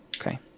Okay